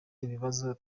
ibibazo